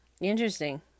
Interesting